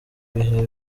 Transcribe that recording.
ibihe